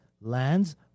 lands